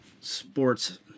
sports